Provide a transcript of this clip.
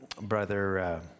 Brother